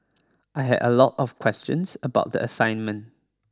I had a lot of questions about the assignment